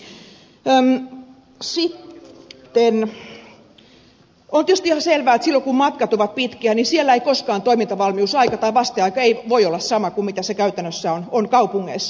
on tietysti ihan selvää että silloin kun matkat ovat pitkiä siellä ei koskaan toimintavalmiusaika tai vasteaika voi olla sama kuin se käytännössä on kaupungeissa